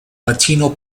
latino